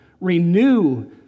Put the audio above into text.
renew